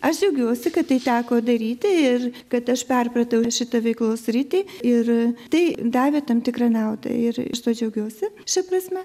aš džiaugiuosi kad tai teko daryti ir kad aš perpratau šitą veiklos sritį ir tai davė tam tikrą naudą ir tuo džiaugiuosi šia prasme